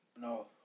No